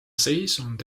seisund